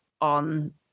on